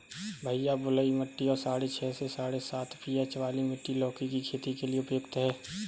भैया बलुई मिट्टी और साढ़े छह से साढ़े सात पी.एच वाली मिट्टी लौकी की खेती के लिए उपयुक्त है